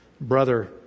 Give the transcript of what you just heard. brother